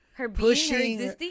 pushing